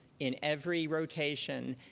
in every rotation.